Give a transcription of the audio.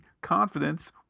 confidence